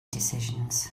decisions